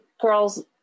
girls